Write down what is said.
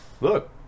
look